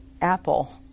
Apple